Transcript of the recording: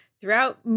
throughout